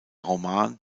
roman